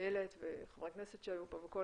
לאיילת וחברי הכנסת שהיו פה וכל